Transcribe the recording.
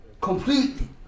completely